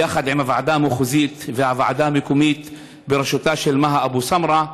ביחד עם הוועדה המחוזית והוועדה המקומית בראשותה של מהא אבו סמרה,